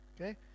Okay